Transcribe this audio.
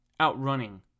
outrunning